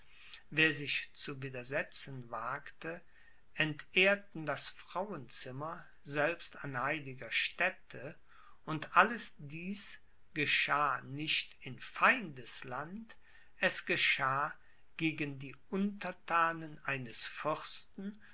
wer sich zu widersetzen wagte entehrten das frauenzimmer selbst an heiliger stätte und alles dies geschah nicht in feindes land es geschah gegen die unterthanen eines fürsten